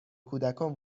کودکان